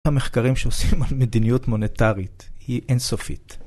המחקרים שעושים על מדיניות מוניטרית היא אינסופית.